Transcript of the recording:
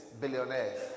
Billionaires